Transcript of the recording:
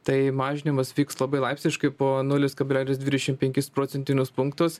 tai mažinimas vyks labai laipsniškai po nulis kablelis dvidešim penkis procentinius punktus